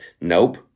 Nope